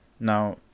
Now